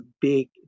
big